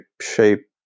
shape